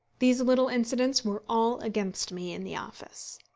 these little incidents were all against me in the office.